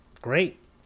great